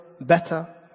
better